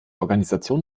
organisation